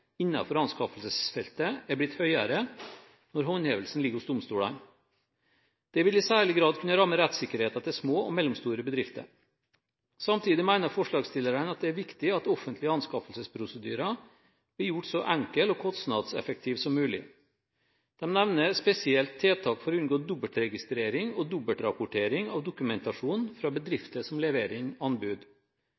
anskaffelsesfeltet er blitt høyere når håndhevelsen ligger hos domstolene. Det vil i særlig grad kunne ramme rettssikkerheten til små og mellomstore bedrifter. Samtidig mener forslagsstillerne at det er viktig at offentlige anskaffelsesprosedyrer blir gjort så enkle og kostnadseffektive som mulig. De nevner spesielt tiltak for å unngå dobbeltregistrering og dobbeltrapportering av dokumentasjon fra